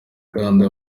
kandi